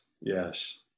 yes